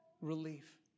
relief